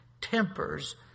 tempers